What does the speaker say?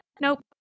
nope